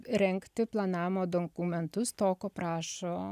rengti planavimo dokumentus to ko prašo